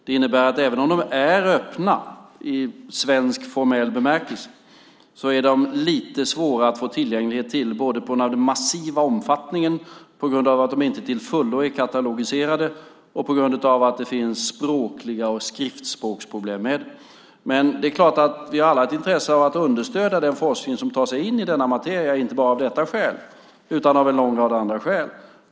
Det innebär att även om de är öppna i svensk formell bemärkelse är de lite svåra att få tillgång till på grund av både den massiva omfattningen - de är inte till fullo katalogiserade - och problemen med skriftspråket. Det är klart att vi alla har ett intresse av att understödja den forskning som tar sig in i denna materia av inte bara dessa skäl utan också av en lång rad andra skäl.